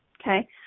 okay